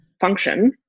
function